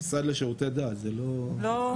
הרבנות והגוף שאחראי על נושא היבוא לא עובדים ביחד.